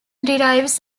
derives